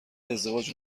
ازدواج